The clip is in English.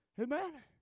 Amen